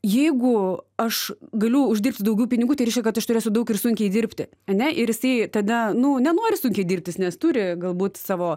jeigu aš galiu uždirbti daugiau pinigų tai reiškia kad aš turėsiu daug ir sunkiai dirbti ane ir jisai tada nu nenori sunkiai dirbti jis nes turi galbūt savo